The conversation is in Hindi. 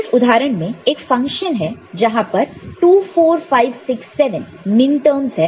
इस उदाहरण में एक फंक्शन है जहां पर 2 4 5 6 7 मिनटर्मस है